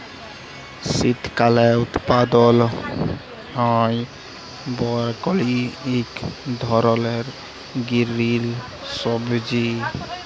শীতকালে উৎপাদল হ্যয় বরকলি ইক ধরলের গিরিল সবজি